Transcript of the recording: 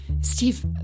Steve